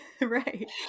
right